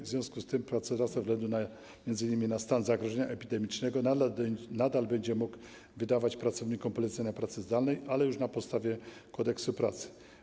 W związku z tym pracodawca, ze względu m.in. na stan zagrożenia epidemicznego, nadal będzie mógł wydawać pracownikom polecenia pracy zdalnej, ale już na podstawie Kodeksu pracy.